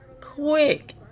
quick